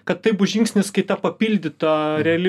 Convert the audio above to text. kad tai bus žingsnis kai ta papildyta reali